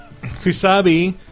Kusabi